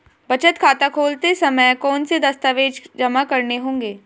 बचत खाता खोलते समय कौनसे दस्तावेज़ जमा करने होंगे?